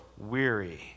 weary